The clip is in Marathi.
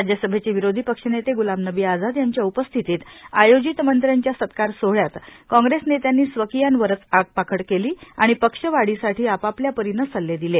राज्यसभेचे विरोधी पक्षनेते ग्लामनबी आझाद यांच्या उपस्थितीत आयोजित मंत्र्यांच्या सत्कार सोहळ्यात काँग्रेस नेत्यांनी स्वकीयांवरच आगपाखड केली व पक्षवाढीसाठी आपआपल्यापरीने सल्ले दिले